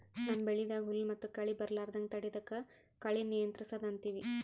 ನಮ್ಮ್ ಬೆಳಿದಾಗ್ ಹುಲ್ಲ್ ಮತ್ತ್ ಕಳಿ ಬರಲಾರದಂಗ್ ತಡಯದಕ್ಕ್ ಕಳಿ ನಿಯಂತ್ರಸದ್ ಅಂತೀವಿ